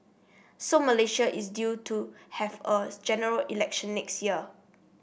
so Malaysia is due to have a General Election next year